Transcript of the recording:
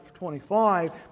25